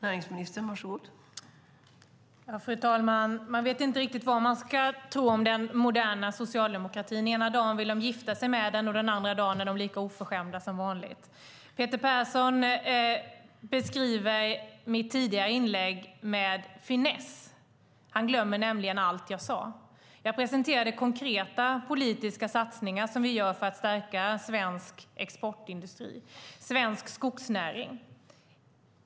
Fru talman! Jag vet inte vad jag ska tro om den moderna socialdemokratin. Ena dagen vill de gifta sig med oss, och andra dagen är de lika oförskämda som vanligt. Peter Persson beskriver mitt tidigare inlägg med finess. Han glömmer nämligen allt jag sade. Jag presenterade konkreta politiska satsningar som vi gör för att stärka svensk exportindustri och svensk skogsnäring.